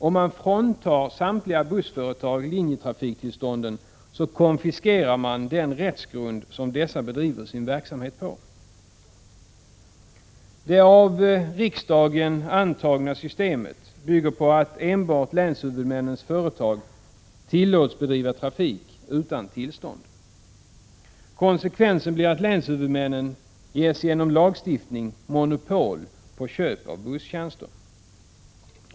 Om man fråntar samtliga bussföretag linjetrafiktillstånden, konfiskerar man den rättsgrund som dessa bedriver sin verksamhet på. Det av riksdagen antagna nya systemet bygger på att enbart länshuvudmännens företag tillåts bedriva trafik utan tillstånd. Konsekvensen blir att länshuvudmännen genom lagstiftning ges monopol på köp av busstjänster.